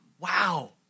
Wow